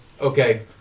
Okay